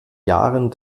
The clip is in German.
jahren